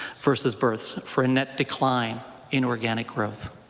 versus births for a net decline in organic growth.